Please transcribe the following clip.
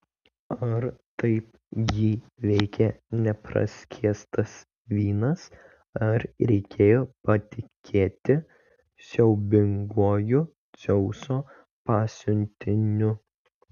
ar taip jį veikė nepraskiestas vynas ar reikėjo patikėti siaubinguoju dzeuso pasiuntiniu